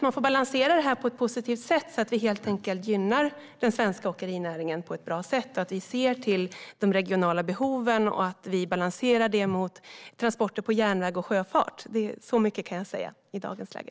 Man får balansera det på ett positivt sätt så att vi helt enkelt gynnar den svenska åkerinäringen på ett bra sätt, ser till de regionala behoven och att vi balanserar det mot transporter på järnväg och med sjöfart. Så mycket kan jag säga i dagens läge.